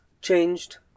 changed